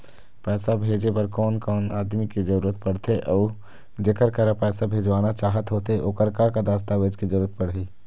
पैसा भेजे बार कोन कोन आदमी के जरूरत पड़ते अऊ जेकर करा पैसा भेजवाना चाहत होथे ओकर का का दस्तावेज के जरूरत पड़ही?